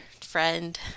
friend